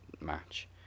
match